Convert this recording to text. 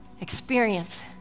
experience